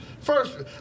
first